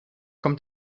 kommt